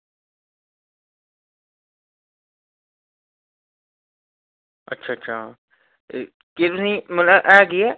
अच्छा अच्छना किन्नी मतलब ऐ केह् ऐ